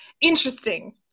Interesting